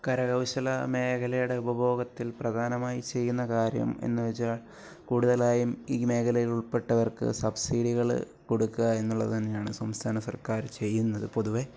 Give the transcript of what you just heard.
കരകൗശല മേഖലയുടെ ഉപഭോഗത്തിൽ പ്രധാനമായി ചെയ്യുന്ന കാര്യം എന്ന് വെച്ചാൽ കൂടുതലായും ഈ മേഖലയിൽ ഉൾപ്പെട്ടവർക്ക് സബ്സിഡികൾ കൊടുക്കുക എന്നുള്ളത് തന്നെയാണ് സംസ്ഥാന സർക്കാർ ചെയ്യുന്നത് പൊതുവെ